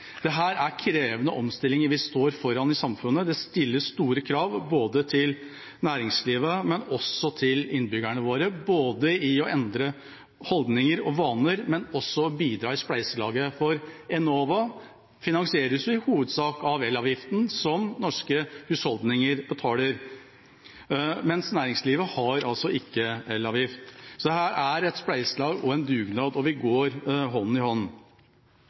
meldingen her ligger det også at Avinor skal tilrettelegge for elfly på kortbanenettet. Og vi snakker ikke om lange horisonter, men om innen 2025. Dette er krevende omstillinger vi står foran i samfunnet. Det stilles store krav både til næringslivet og til innbyggerne våre, både til å endre holdninger og vaner og til å bidra i spleiselaget, for Enova finansieres i hovedsak av elavgiften som norske husholdninger betaler, mens næringslivet altså ikke har elavgift. Så dette er